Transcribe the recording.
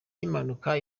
y’impanuka